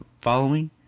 following